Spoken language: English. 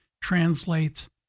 translates